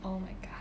oh my god